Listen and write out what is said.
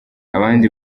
abandi